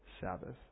Sabbath